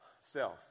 self